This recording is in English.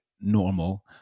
normal